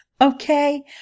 Okay